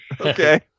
okay